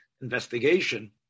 investigation